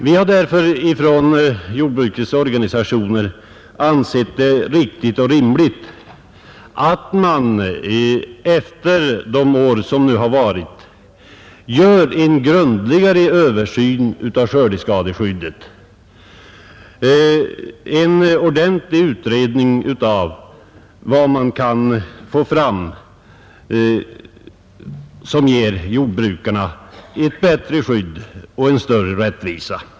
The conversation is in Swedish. Vi har därför från jordbrukets organisationer ansett det riktigt och rimligt att man efter de år som nu gått gör en grundligare översyn av skördeskadeskyddet — en ordentlig utredning av vad man kan få fram för att ge jordbrukarna ett bättre skydd och en större rättvisa.